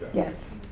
yes.